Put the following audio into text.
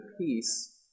peace